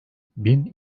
bin